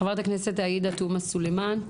חברת הכנסת עאידה תומא סלימאן.